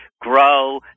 grow